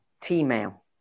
T-mail